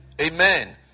Amen